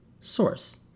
source